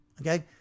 okay